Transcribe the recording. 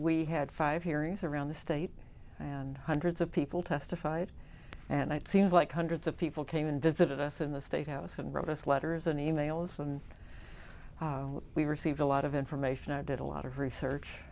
we had five hearings around the state and hundreds of people testified and seems like hundreds of people came and visited us in the state house and wrote us letters and e mails and we received a lot of information i did a lot of research